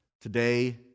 Today